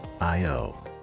io